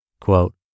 Quote